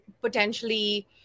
potentially